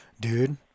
dude